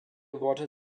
worte